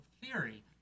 theory